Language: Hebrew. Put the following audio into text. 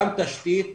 גם תשתית,